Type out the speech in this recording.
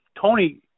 Tony